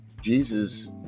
Jesus